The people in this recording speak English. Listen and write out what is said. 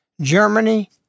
Germany